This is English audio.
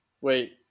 Wait